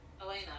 Elena